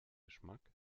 geschmack